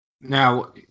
now